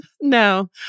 No